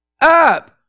up